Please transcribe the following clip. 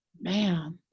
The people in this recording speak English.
Man